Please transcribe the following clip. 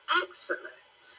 excellent